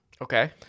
Okay